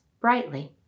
brightly